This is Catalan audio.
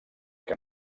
que